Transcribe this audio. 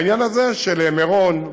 העניין הזה של מירון,